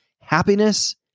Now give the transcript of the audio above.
happiness